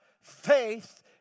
faith